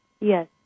Yes